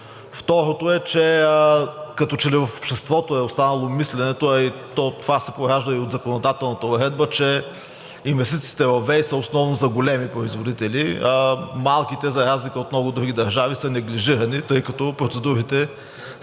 Второто е, че като че ли в обществото е останало мисленето, а това се поражда и от законодателната уредба, че инвестициите във ВЕИ са основно за големи производители, а малките, за разлика от много други държави, са неглижирани, тъй като процедурите са